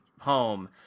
home